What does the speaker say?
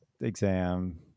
exam